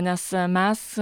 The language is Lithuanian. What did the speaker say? nes mes